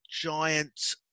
giant